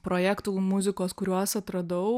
projektų muzikos kuriuos atradau